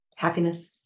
happiness